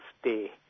stay